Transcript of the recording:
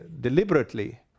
deliberately